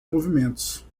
movimentos